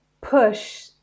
push